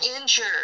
injured